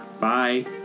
Bye